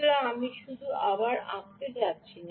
সুতরাং আমি শুধু আবার আঁকতে যাচ্ছি না